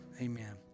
amen